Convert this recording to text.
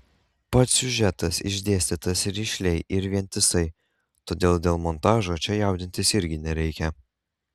pats siužetas išdėstytas rišliai ir vientisai todėl dėl montažo čia jaudintis irgi nereikia